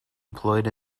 employed